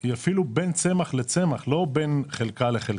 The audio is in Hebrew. היא אפילו בין צמח לצמח, לא בין חלקה לחלקה.